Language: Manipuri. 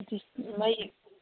ꯃꯩ